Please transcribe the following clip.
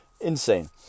Insane